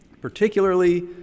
particularly